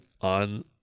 on